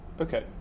Okay